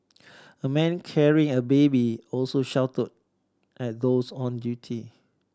a man carrying a baby also shouted at those on duty